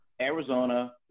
Arizona